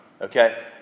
okay